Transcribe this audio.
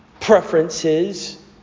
preferences